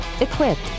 equipped